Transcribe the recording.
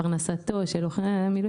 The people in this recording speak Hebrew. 'פרנסתו של לוחם המילואים',